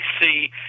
see